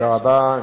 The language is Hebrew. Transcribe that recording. תודה רבה,